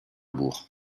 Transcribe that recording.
burg